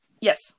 Yes